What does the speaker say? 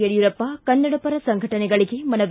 ಯಡಿಯೂರಪ್ಪ ಕನ್ನಡ ಪರ ಸಂಘಟನೆಗಳಿಗೆ ಮನವಿ